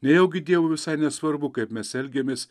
nejaugi dievui visai nesvarbu kaip mes elgiamės